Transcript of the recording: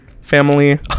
Family